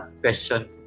question